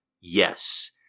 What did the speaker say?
Yes